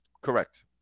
Correct